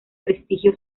prestigio